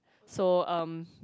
so um